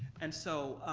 and so,